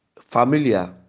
familiar